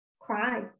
cry